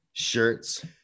Shirts